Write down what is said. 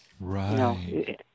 Right